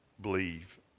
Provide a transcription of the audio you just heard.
believe